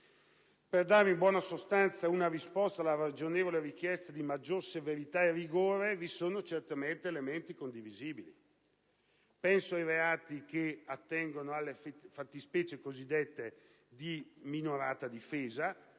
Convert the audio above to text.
per dare in buona sostanza risposta alla ragionevole richiesta di maggior severità e rigore, vi sono di certo elementi condivisibili. Penso ai reati che attengono alle fattispecie cosiddette di minorata difesa